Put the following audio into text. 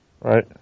Right